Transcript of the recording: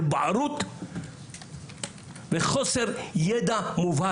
כי כדי שזה יצליח זה צריך להיות אפילו יותר מושקע